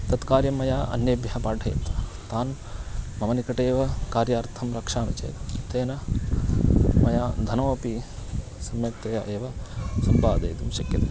तत् कार्यं मया अन्येभ्यः पाठयेत् तान् मम निकटे एव कार्यार्थं रक्षामि चेत् तेन मया धनमपि सम्यक्तया एव सम्पादयितुं शक्यते